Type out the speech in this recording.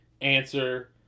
Answer